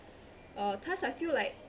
uh thus I feel like